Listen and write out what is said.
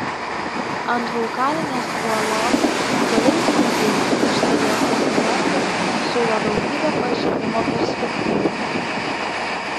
ant vulkaninės uolos keliais lygiais išsidėstęs miestas siūlo daugybę pažinimo perspektyvų